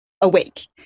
awake